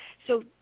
so,